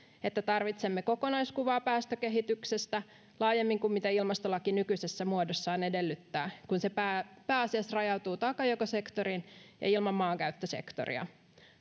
että tarvitsemme kokonaiskuvaa päästökehityksestä laajemmin kuin mitä ilmastolaki nykyisessä muodossaan edellyttää kun se pääasiassa rajautuu taakanjakosektoriin ilman maankäyttösektoria